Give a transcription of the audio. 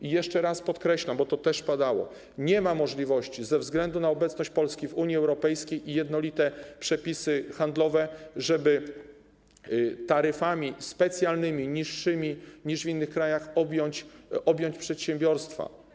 I jeszcze raz podkreślam, bo to też padało, że nie ma możliwości ze względu na obecność Polski w Unii Europejskiej i jednolite przepisy handlowe, żeby specjalnymi taryfami, niższymi niż w innych krajach, objąć przedsiębiorstwa.